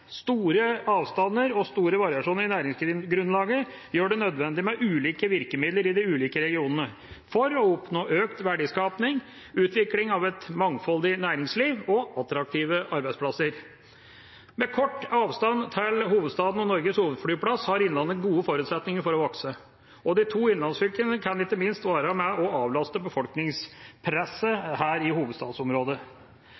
Store avstander og store variasjoner i næringsgrunnlaget gjør det nødvendig med ulike virkemidler i de ulike regionene for å oppnå økt verdiskaping, utvikling av et mangfoldig næringsliv og attraktive arbeidsplasser. Med kort avstand til hovedstaden og Norges hovedflyplass har Innlandet gode forutsetninger for å vokse. Og de to innlandsfylkene kan ikke minst være med på å avlaste befolkningspresset i hovedstadsområdet.